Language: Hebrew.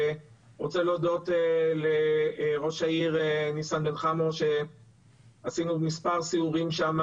ורוצה להודות לראש העיר ניסן בן חמו שעשינו מספר סיורים שם